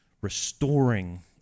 restoring